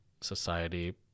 society